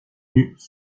nues